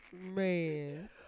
Man